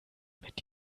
mit